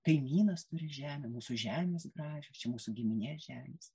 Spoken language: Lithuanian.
kaimynas turi žemę mūsų žemės gražios čia mūsų giminės žemės